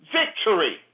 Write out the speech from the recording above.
victory